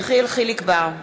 אינו נוכח יחיאל חיליק בר,